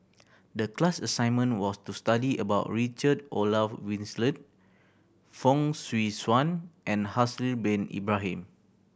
the class assignment was to study about Richard Olaf Fong Swee Suan and Haslir Bin Ibrahim